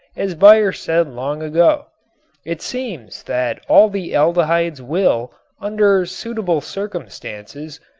as baeyer said long ago it seems that all the aldehydes will, under suitable circumstances,